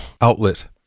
outlet